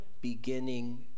beginning